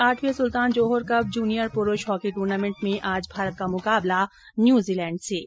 आठवें Sultan Johor Cup junior पुरुष hockey tournament में आज भारत का मुकाबला न्यूजीलैंड से होगा